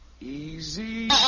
Easy